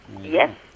Yes